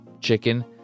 chicken